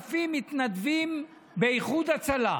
6,000 מתנדבים באיחוד הצלה,